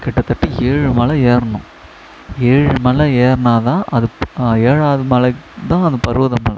கிட்டத்தட்ட ஏழு மலை ஏறணும் ஏழுமலை ஏறினா தான் அது ஏழாவது மலைக்குதான் அந்த பர்வதமல